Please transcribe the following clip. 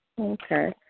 Okay